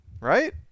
Right